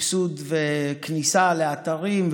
סבסוד וכניסה לאתרים,